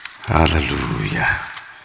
Hallelujah